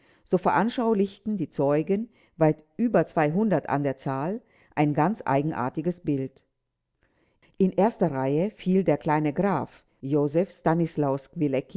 so veranschaulichten die zeugen weit über an der zahl ein ganz eigenartiges bild in erster reihe fiel der kleine graf joseph stanislaus